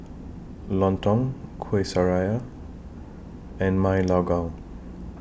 Lontong Kuih Syara and Ma Lai Gao